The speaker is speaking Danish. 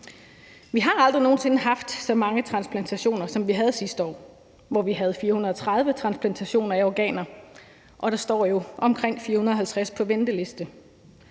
Vi har aldrig nogen sinde haft så mange transplantationer, som vi havde sidste år, hvor vi havde 430 transplantationer af organer, og der står jo omkring 450 på venteliste.